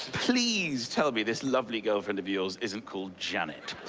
please tell me this lovely girlfriend of yours isn't called janet!